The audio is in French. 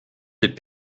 des